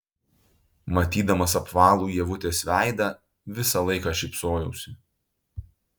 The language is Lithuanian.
matydamas apvalų ievutės veidą visą laiką šypsojausi